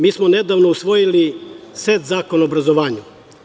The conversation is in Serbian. Mi smo nedavno usvojili set zakona o obrazovanju.